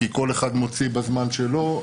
כי כל אחד מוציא בזמן שלו.